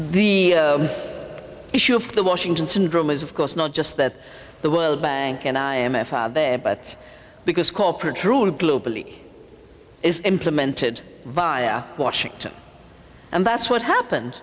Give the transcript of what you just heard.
the issue of the washington syndrome is of course not just that the world bank and i m f are there but because corporate rule globally is implemented via washington and that's what happened